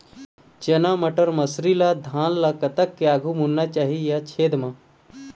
चना बटर मसरी ला धान ला कतक के आघु बुनना चाही या छेद मां?